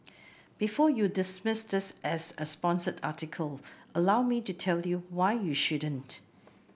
before you dismiss this as a sponsored article allow me to tell you why you shouldn't